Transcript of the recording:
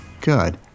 Good